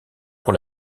pour